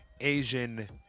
Asian